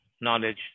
knowledge